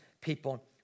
people